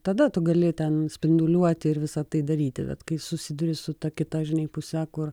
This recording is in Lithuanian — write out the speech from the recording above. tada tu gali ten spinduliuoti ir visa tai daryti bet kai susiduri su ta kita žinai puse kur